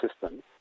system